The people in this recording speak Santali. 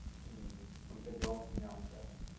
ᱱᱚᱛᱮ ᱡᱚᱢᱦᱚᱧ ᱧᱟᱢ ᱮᱫᱟ